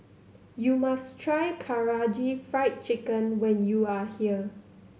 you must try Karaage Fried Chicken when you are here